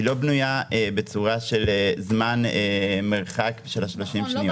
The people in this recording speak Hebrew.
היא לא בנויה בצורה של זמן מרחק, של 30 שניות.